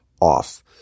off